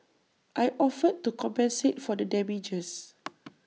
I offered to compensate for the damages